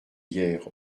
hier